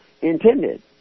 intended